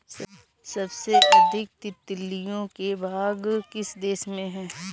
सबसे अधिक तितलियों के बाग किस देश में हैं?